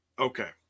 Okay